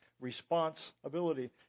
responsibility